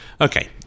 Okay